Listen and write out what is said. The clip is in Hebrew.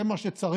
זה מה שצריך.